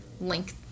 link